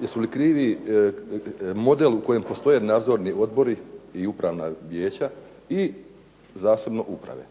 jesu li krivi model u kojem postoje nadzorni odbori i upravna vijeća i zasebno uprave.